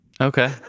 okay